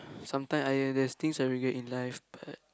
sometimes !aiya! there's things I regret in life but